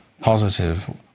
positive